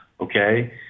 okay